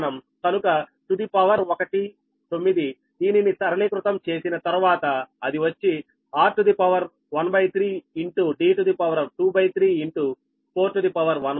కనుక to the power 19 దీనిని సరళీకృతం చేసిన తర్వాత అది వచ్చి 13 23 19